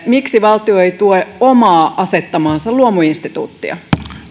miksi valtio ei tue itse asettamaansa luomuinstituuttia